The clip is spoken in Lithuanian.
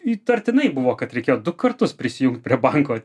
įtartinai buvo kad reikėjo du kartus prisijungti prie banko